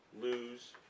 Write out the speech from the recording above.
lose